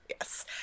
Yes